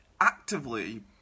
actively